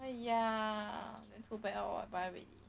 then ya too bad or buy already